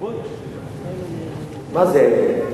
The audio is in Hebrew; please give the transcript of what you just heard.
מה זה,